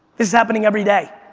is happening everyday.